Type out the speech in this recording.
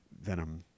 Venom